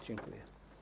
Dziękuję.